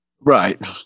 Right